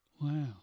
Wow